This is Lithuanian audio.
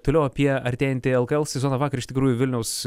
toliau apie artėjantį lkl sezoną vakar iš tikrųjų vilniaus